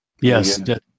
yes